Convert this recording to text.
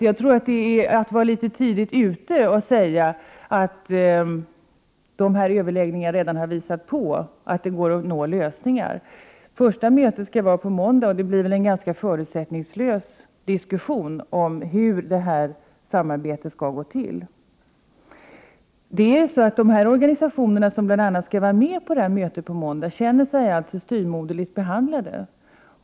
Det är därför att vara litet tidigt ute att säga att överläggningarna redan har visat att det går att nå lösningar. På måndag blir det väl en ganska förutsättningslös diskussion om hur samarbetet skall gå till. De organisationer som skall delta i mötet på måndag känner sig ganska styvmoderligt behandlade.